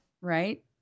Right